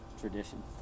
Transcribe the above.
tradition